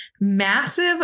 massive